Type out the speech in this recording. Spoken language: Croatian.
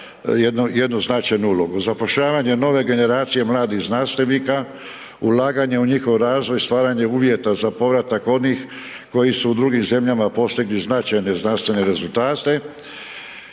jednu značajnu ulogu. Zapošljavanje nove generacije mladih znanstvenika, ulaganje u njihov razvoj i stvaranje uvjeta za povratak onih koji su u drugim zemljama postigli značajne znanstvene rezultate,